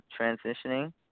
transitioning